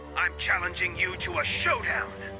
i'm challenging you to a showdown.